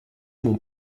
mon